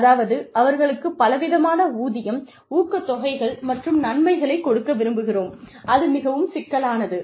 அதாவது அவர்களுக்குப் பலவிதமான ஊதியம் ஊக்கத்தொகைகள் மற்றும் நன்மைகளைக் கொடுக்க விரும்புகிறோம் அது மிகவும் சிக்கலானது